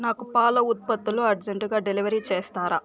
నాకు పాల ఉత్పత్తులు అర్జంటుగా డెలివరీ చేస్తారా